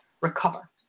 recover